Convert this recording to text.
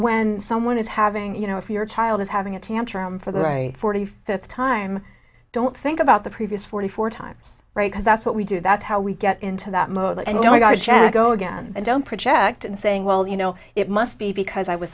when someone is having you know if your child is having a tantrum for the right forty fifth time don't think about the previous forty four times right because that's what we do that's how we get into that mode and we got to go again and don't project and saying well you know it must be because i was